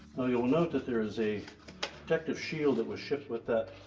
you'll note that there is a protective shield that was shipped with that